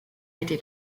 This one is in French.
été